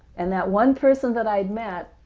and that one person that i had met,